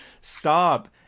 Stop